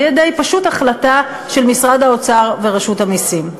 פשוט על-ידי החלטה של משרד האוצר ורשות המסים.